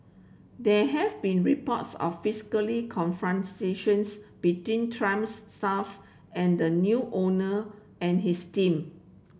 there have been reports of physically confrontations between Trumps staffs and the new owner and his team